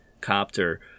copter